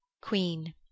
Queen